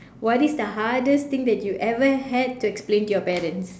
what is the hardest thing that you ever had to explain to your parents